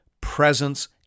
presence